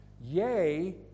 Yea